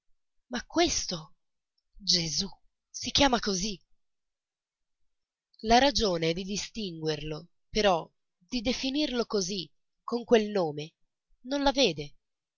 ma questo gesù si chiama così la ragione di distinguerlo però di definirlo così con quel nome non la vede